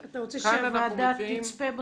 אתה רוצה שהוועדה תצפה,